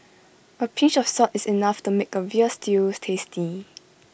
A pinch of salt is enough to make A Veal Stew tasty